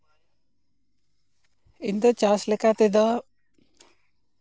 ᱤᱧ ᱫᱚ ᱪᱟᱥ ᱞᱮᱠᱟ ᱛᱮᱫᱚ